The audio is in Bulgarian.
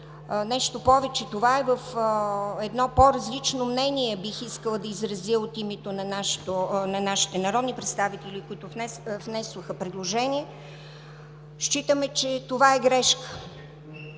Нещо повече. Това е едно по-различно мнение, което бих искала да изразя от името на нашите народни представители, които внесоха предложението. Считаме, че това е грешка.